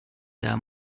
that